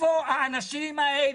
האנשים האלה?